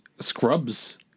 scrubs